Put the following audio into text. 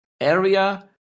area